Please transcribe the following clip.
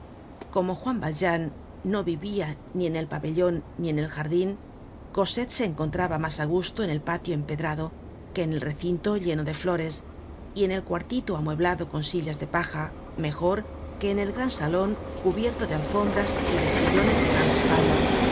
como juan valjean no vivia ni en el pabellon ni en el jardin cosette se encontraba mas á gusto en el patio empedrado que en el recinto lleno de flores y en el cuartito amueblado con sillas de paja mejor que en el gran salon cubierto de content from google book search generated at alfombras y de sillones de gran respaldo